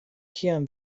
kiam